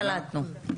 קלטנו.